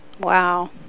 Wow